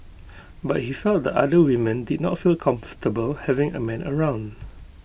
but he felt the other women did not feel comfortable having A man around